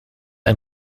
ein